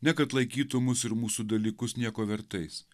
ne kad laikytų mus ir mūsų dalykus nieko vertais